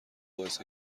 باعث